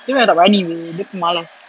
dia memang tak berani apa dia pemalas